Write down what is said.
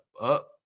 up